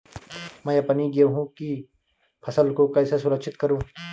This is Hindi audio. मैं अपनी गेहूँ की फसल को कैसे सुरक्षित करूँ?